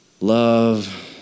love